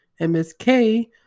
MSK